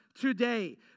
today